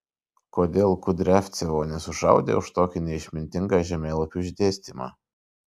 kodėl kudriavcevo nesušaudė už tokį neišmintingą žemėlapių išdėstymą